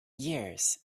years